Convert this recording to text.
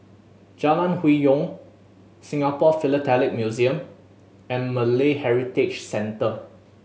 Jalan Hwi Yoh Singapore Philatelic Museum and Malay Heritage Centre